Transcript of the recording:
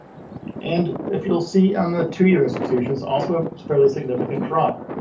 and if you'll see on the two year institutions also have fairly significant drop.